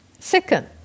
Second